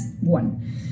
one